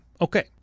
Okay